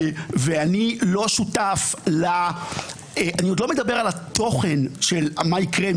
ואני עוד לא מדבר על התוכן של מה יקרה,